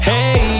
Hey